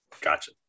gotcha